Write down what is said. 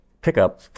pickup